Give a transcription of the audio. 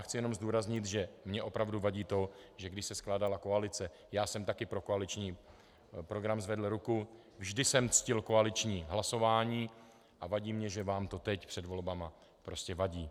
Chci jenom zdůraznit, že mi opravdu vadí to, že když se skládala koalice, já jsem taky pro koaliční program zvedl ruku, vždy jsem ctil koaliční hlasování a vadí mi, že vám to teď před volbami prostě vadí.